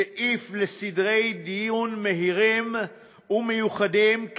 סעיף לסדרי דיון מהירים ומיוחדים,